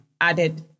Added